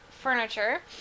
furniture